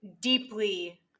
deeply